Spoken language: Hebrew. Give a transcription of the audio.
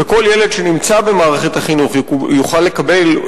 וכל ילד שנמצא במערכת החינוך יוכל לקבל,